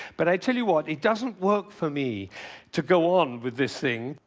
but i tell you what. it doesn't work for me to go on with this thing,